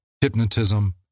hypnotism